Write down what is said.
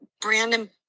Brandon